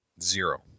Zero